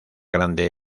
grande